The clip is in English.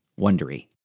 Wondery